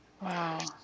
Wow